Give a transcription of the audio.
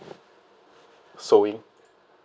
sewing